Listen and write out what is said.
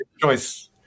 choice